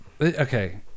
okay